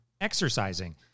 exercising